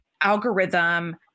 algorithm